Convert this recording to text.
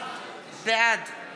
בעד